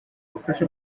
bafashe